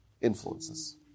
influences